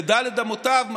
לד' אמותיו,